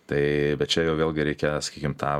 tai čia jau vėlgi reikia sakykim tą